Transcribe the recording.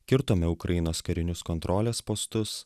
kirtome ukrainos karinius kontrolės postus